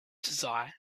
desire